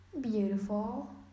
beautiful